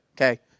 Okay